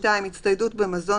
"(2) הצטיידות במזון,